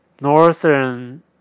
northern